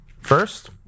First